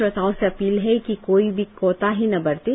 श्रोताओं से अपील है कि कोई भी कोताही न बरतें